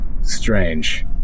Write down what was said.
strange